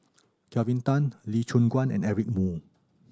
Kelvin Tan Lee Choon Guan and Eric Moo